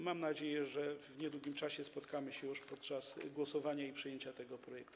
Mam nadzieję, że w niedługim czasie spotkamy się już podczas głosowania i przyjęcia tego projektu.